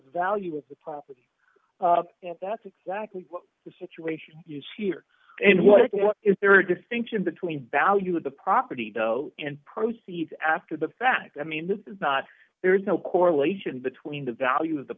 value of the property and that's exactly what the situation is here and what is there a distinction between value of the property and proceeds after the fact i mean this is not there's no correlation between the value of the